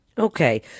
Okay